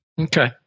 Okay